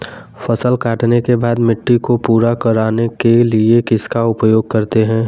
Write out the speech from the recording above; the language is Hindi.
फसल काटने के बाद मिट्टी को पूरा करने के लिए किसका उपयोग करते हैं?